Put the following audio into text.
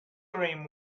cream